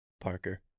Parker